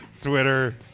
Twitter